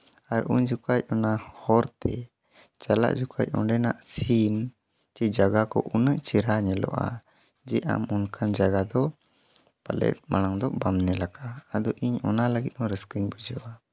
ᱟᱨ ᱩᱱ ᱡᱚᱠᱷᱚᱡ ᱚᱱᱟ ᱦᱚᱨ ᱛᱮ ᱪᱟᱞᱟᱜ ᱡᱚᱠᱷᱮᱡ ᱚᱸᱰᱮᱱᱟᱜ ᱥᱤᱱ ᱥᱮ ᱡᱟᱜ ᱠᱚ ᱩᱱᱟᱹᱜ ᱪᱮᱨᱦᱟ ᱧᱮᱞᱚᱜᱼᱟ ᱡᱮ ᱟᱢ ᱚᱱᱠᱟ ᱡᱟᱭᱜᱟ ᱫᱚ ᱯᱟᱞᱮᱫ ᱢᱟᱲᱟᱝ ᱫᱚ ᱵᱟᱢ ᱧᱮᱞ ᱟᱠᱟᱫᱼᱟ ᱟᱫᱚ ᱤᱧ ᱚᱱᱟ ᱞᱟᱹᱜᱤᱫ ᱦᱚᱸ ᱨᱟᱹᱥᱠᱟᱹᱧ ᱵᱩᱡᱷᱟᱹᱣᱟ